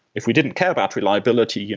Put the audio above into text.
if we didn't care about reliability, yeah